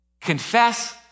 Confess